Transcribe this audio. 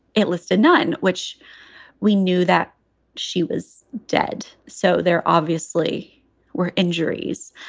it listed none, which we knew that she was dead. so there obviously were injuries.